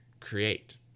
create